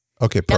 Okay